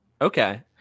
Okay